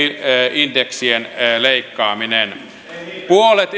indeksien leikkaaminen puolet